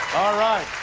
right.